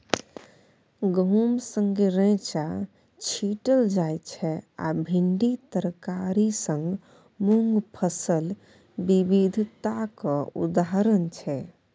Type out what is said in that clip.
गहुम संगै रैंचा छीटल जाइ छै आ भिंडी तरकारी संग मुँग फसल बिबिधताक उदाहरण छै